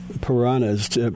piranhas